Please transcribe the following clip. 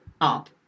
up